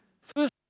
First